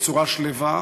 בצורה שלווה,